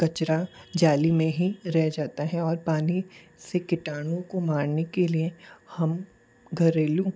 कचरा जाली में ही रह जाता है और पानी से कीटाणु को मारने के लिए हम घरेलू